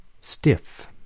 stiff